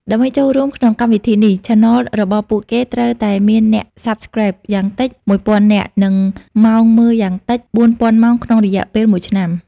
ដើម្បីចូលរួមក្នុងកម្មវិធីនេះ Channel របស់ពួកគេត្រូវតែមានអ្នក Subscribe យ៉ាងតិច ១,០០០នាក់ និងម៉ោងមើលយ៉ាងតិច ៤,០០០ម៉ោងក្នុងរយៈពេលមួយឆ្នាំ។